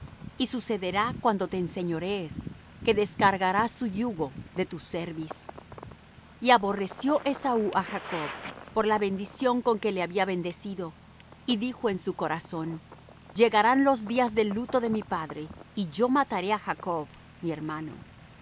y sucederá cuando te enseñorees que descargarás su yugo de tu cerviz y aborreció esaú á jacob por la bendición con que le había bendecido y dijo en su corazón llegarán los días del luto de mi padre y yo mataré á jacob mi hermano y